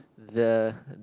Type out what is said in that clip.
the